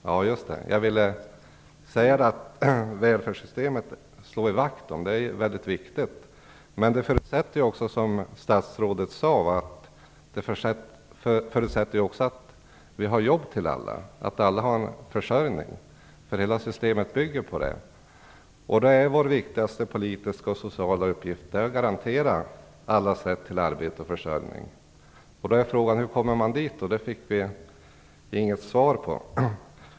Fru talman! Vi slår vakt om välfärdssystemet. Det är väldigt viktigt. Men det förutsätter också som statsrådet sade att vi har jobb till alla och att alla har försörjning. Hela systemet bygger på det. Vår viktigaste politiska och sociala uppgift är att garantera allas rätt till arbete och försörjning. Hur kommer man då dit? Det fick vi inget svar på.